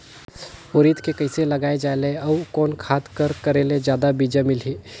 उरीद के कइसे लगाय जाले अउ कोन खाद कर करेले जादा बीजा मिलही?